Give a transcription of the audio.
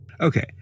Okay